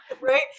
Right